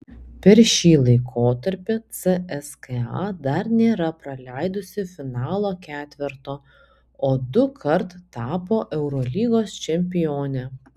per šį laikotarpį cska dar nėra praleidusi finalo ketverto o dukart tapo eurolygos čempione